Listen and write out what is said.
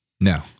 No